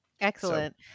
Excellent